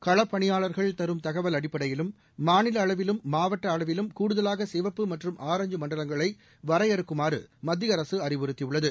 களப்பணியாளர்கள் தரும் தகவல் அடிப்படையில் மாநிலஅளவிலும் மாவட்டஅளவிலும் கூடுதலாகசிவப்பு மற்றும் ஆரஞ்ச் மண்டலங்களைவரையறுக்குமாறுமத்தியஅரசுஅறிவுறுத்தியுள்ளது